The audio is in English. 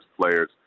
players